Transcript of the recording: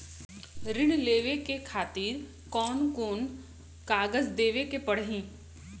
ऋण लेवे के खातिर कौन कोन कागज देवे के पढ़ही?